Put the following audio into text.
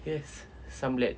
yes samled